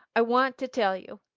i want to tell you.